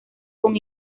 con